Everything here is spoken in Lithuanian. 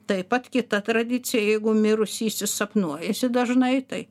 taip pat kita tradicija jeigu mirusysis sapnuojasi dažnai tai